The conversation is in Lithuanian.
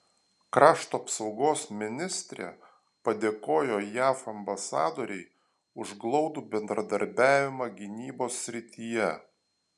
krašto apsaugos ministrė padėkojo jav ambasadorei už glaudų bendradarbiavimą gynybos srityje